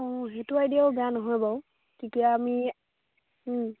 অঁ সেইটো আইডিয়াও বেয়া নহয় বাৰু তেতিয়া আমি